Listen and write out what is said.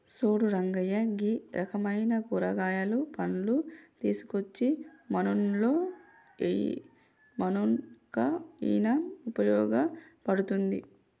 సూడు రంగయ్య గీ రకమైన కూరగాయలు, పండ్లు తీసుకోచ్చి మన్నులో ఎయ్యి మన్నుకయిన ఉపయోగ పడుతుంది